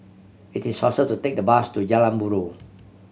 it is faster to take the bus to Jalan Buroh